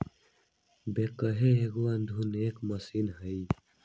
backhoe एगो आधुनिक machine हइ